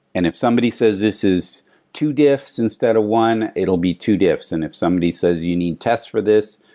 and if somebody says this is too diff since that one, it will be too diffs. and if somebody says you need tests for this,